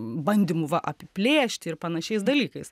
bandymu va apiplėšti ir panašiais dalykais